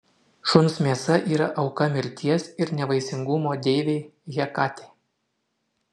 šuns mėsa yra auka mirties ir nevaisingumo deivei hekatei